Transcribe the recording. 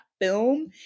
film